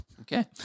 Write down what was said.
Okay